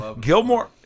Gilmore